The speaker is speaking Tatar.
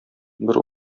бер